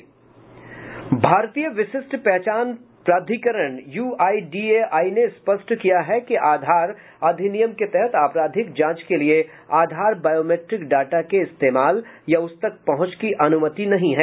भारतीय विशिष्ट पहचान संख्या प्राधिकरण यूआईडीएआई ने स्पष्ट किया है कि आधार अधिनियम के तहत आपराधिक जांच के लिए आधार बायोमेट्रिक डाटा के इस्तेमाल या उस तक पहुंच की अन्मति नहीं है